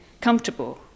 comfortable